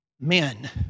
men